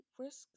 risk